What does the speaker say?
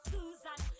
Susan